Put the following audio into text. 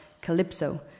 Calypso